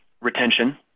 retention